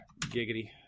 Giggity